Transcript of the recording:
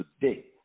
today